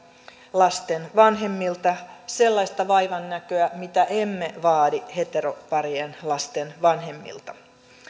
lasten vanhemmilta sellaista vaivannäköä mitä emme vaadi heteroparien lasten vanhemmilta